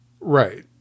right